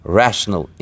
rational